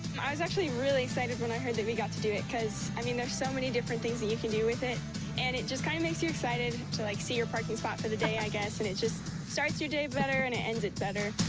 i was actually really excited when i heard that we got to do it, because, i mean, there's so many different things that you can do with it and it just kind of makes you excited to like see your parking spot for the day, i guess, and it just starts your day better and ah ends it better.